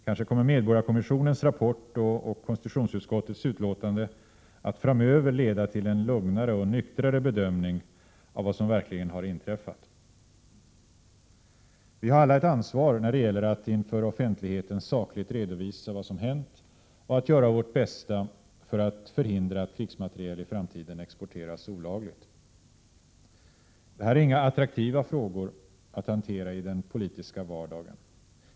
Kanske kommer medborgarkommissionens rapport och konstitutionsutskottets betänkande att framöver leda till en lugnare och nyktrare bedömning av vad som verkligen har inträffat. Vi har alla ett ansvar när det gäller att inför offentligheten sakligt redovisa vad som hänt, och vi måste göra vårt bästa för att förhindra att krigsmateriel i framtiden exporteras olagligt. Det här är inga attraktiva frågor att hantera i den politiska vardagen.